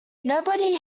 nobody